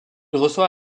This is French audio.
reçoit